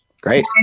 Great